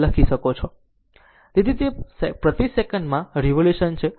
તેથી તે પ્રતિ સેકન્ડમાં રીવોલ્યુશન છે